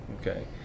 okay